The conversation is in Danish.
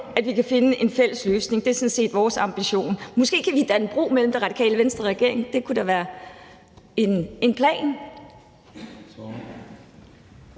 at vi kan finde en fælles løsning. Det er sådan set vores ambition. Måske kan vi danne bro mellem Det Radikale Venstre og regeringen. Det kunne da være en plan.